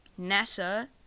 NASA